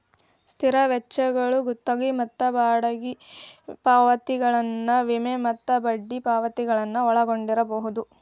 ಸ್ಥಿರ ವೆಚ್ಚಗಳು ಗುತ್ತಿಗಿ ಮತ್ತ ಬಾಡಿಗಿ ಪಾವತಿಗಳನ್ನ ವಿಮೆ ಮತ್ತ ಬಡ್ಡಿ ಪಾವತಿಗಳನ್ನ ಒಳಗೊಂಡಿರ್ಬಹುದು